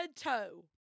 toe